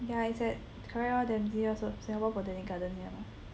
yah it's at correct lor Dempsey also Singapore botanic garden yah lah